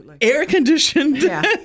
air-conditioned